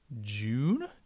June